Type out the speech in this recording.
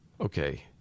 Okay